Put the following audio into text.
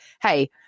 hey